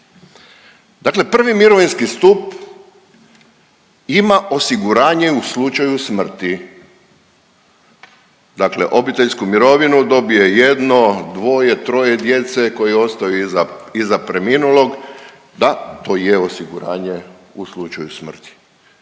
dakle prvi mirovinski stup ima osiguranje u slučaju smrti, dakle obiteljsku mirovinu dobije jedno, dvoje, troje djece koji ostaju iza preminulog, da to je osiguranje u slučaju smrti